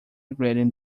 upgrading